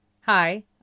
Hi